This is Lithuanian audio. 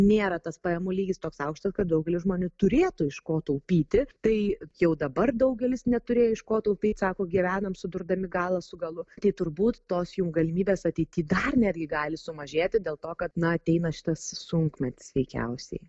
nėra tas pajamų lygis toks aukštas kad daugelis žmonių turėtų iš ko taupyti tai jau dabar daugelis neturėjo iš ko taupyti sako gyvenam sudurdami galą su galu tai turbūt tos jau galimybės ateity dar netgi gali sumažėti dėl to kad na ateina šitas sunkmetis veikiausiai